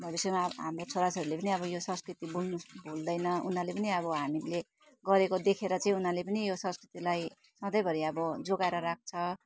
भविष्यमा आ हाम्रो छोराछोरीले पनि अब यो संस्कृति भुल्नु भल्दैन उनीहरूले पनि अब हामीले गरेको देखेर चाहिँ उनीहरूले पनि यो संस्कृतिलाई सधैँभरि अब जोगाएर राख्छ